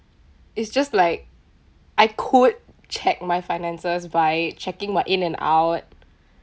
is just like I could check my finances via checking my in and out